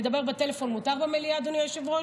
לדבר בטלפון מותר במליאה, אדוני היושב-ראש?